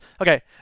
Okay